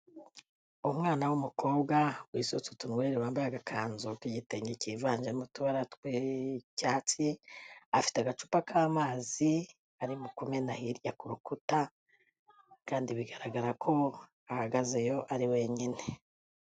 Umwana w'umukobwa wisutse utunywere, wambaye agakanzu k'igitenge kivanzemo utubara tw'icyatsi, afite agacupa k'amazi arimo kumena hirya ku rukuta, kandi bigaragara ko ahagazeyo ari wenyine.